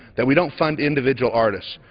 that we don't fund individual artists.